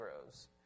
grows